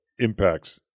impacts